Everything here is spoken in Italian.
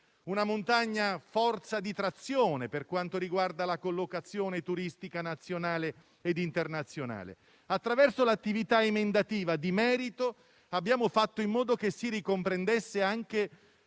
ha una forza di trazione per la collocazione turistica nazionale e internazionale. Attraverso l'attività emendativa di merito abbiamo fatto in modo che si ricomprendesse anche